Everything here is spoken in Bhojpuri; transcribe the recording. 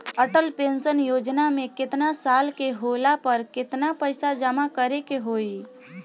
अटल पेंशन योजना मे केतना साल के होला पर केतना पईसा जमा करे के होई?